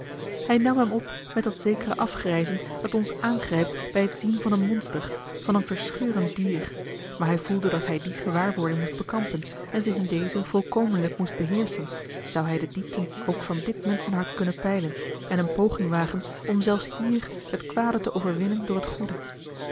hij nam hem op met dat zekere afgrijzen dat ons aangrijpt bij het zien van een monster van een verscheurend dier maar hij voelde dat hij die gewaarwording moest bekampen en zich in dezen volkomenlijk moest beheerschen zou hij de diepten ook a l g bosboom-toussaint de delftsche wonderdokter eel van dit menschenhart kunnen peilen en eene poging wagen om zelfs hier het kwade te overwinnen door het goede